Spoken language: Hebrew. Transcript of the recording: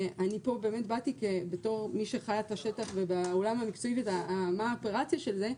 אני באמת באתי בתור מי שחיה את השטח ובעולם המקצועי ומה האופרציה של זה.